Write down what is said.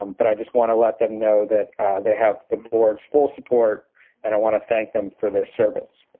um but i just want to let them know that they have the board's full support and i want to thank them for their service.